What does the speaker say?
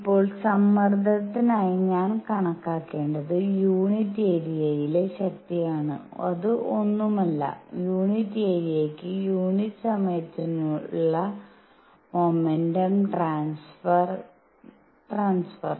ഇപ്പോൾ സമ്മർദ്ദത്തിനായി ഞാൻ കണക്കാക്കേണ്ടത് യൂണിറ്റ് ഏരിയയിലെ ശക്തിയാണ് അത് ഒന്നുമല്ല യൂണിറ്റ് ഏരിയയ്ക്ക് യൂണിറ്റ് സമയത്തിനുള്ള മൊമെന്റം ട്രാൻസ്ഫർ